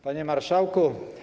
Panie Marszałku!